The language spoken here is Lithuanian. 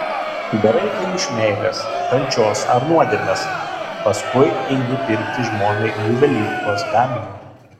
darai tai iš meilės kančios ar nuodėmės paskui eini pirkti žmonai juvelyrikos gaminio